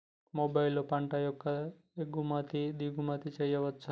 మొబైల్లో పంట యొక్క ఎగుమతి దిగుమతి చెయ్యచ్చా?